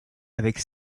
avec